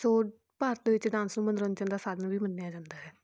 ਸੋ ਭਾਰਤ ਵਿੱਚ ਡਾਂਸ ਨੂੰ ਮੰਨੋਰੰਜਨ ਦਾ ਸਾਧਨ ਵੀ ਮੰਨਿਆ ਜਾਂਦਾ ਹੈ